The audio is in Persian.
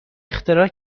اختراع